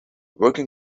working